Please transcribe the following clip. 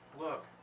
Look